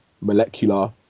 molecular